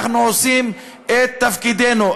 אנחנו עושים את תפקידנו.